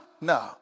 No